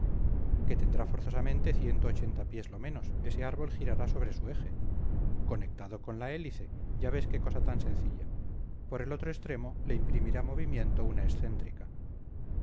que tendrá forzosamente ciento ochenta pies lo menos ese árbol girará sobre su eje conectado con la hélice ya ves qué cosa tan sencilla por el otro extremo le imprimirá movimiento una excéntrica